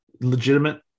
legitimate